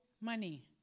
money